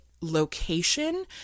location